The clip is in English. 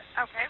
Okay